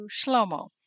Shlomo